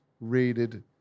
rated